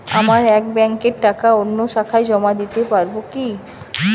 আমার এক ব্যাঙ্কের টাকা অন্য শাখায় জমা দিতে পারব কি?